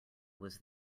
was